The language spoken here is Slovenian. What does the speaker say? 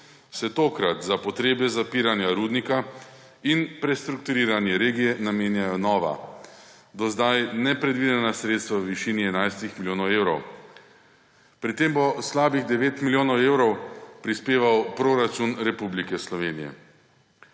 se tokrat za potrebe zapiranja rudnika in prestrukturiranje regije namenjajo nova, do zdaj nepredvidena sredstva v višini 11 milijonov evrov. Pri tem bo slabih 9 milijonov evrov prispeval proračun Republike Slovenije.